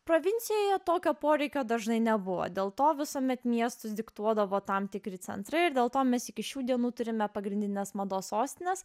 provincijoje tokio poreikio dažnai nebuvo dėl to visuomet miestus diktuodavo tam tikri centrai ir dėl to mes iki šių dienų turime pagrindines mados sostines